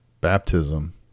baptism